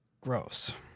Gross